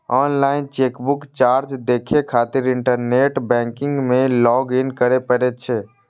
online chequebook charge देखै खातिर internet banking मे लॉग इन करै पड़ै छै